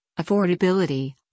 affordability